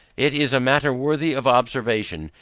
it is a matter worthy of observation,